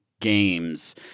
games –